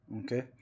okay